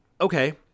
Okay